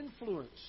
influence